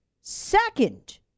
Second